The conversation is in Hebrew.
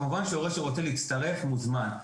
כמובן שהורה שרוצה להצטרף מוזמן.